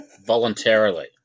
Voluntarily